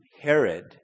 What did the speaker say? Herod